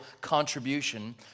contribution